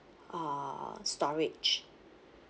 uh storage